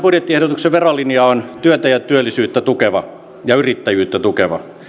budjettiehdotuksen verolinja on työtä ja työllisyyttä tukeva ja yrittäjyyttä tukeva